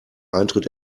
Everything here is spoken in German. eintritt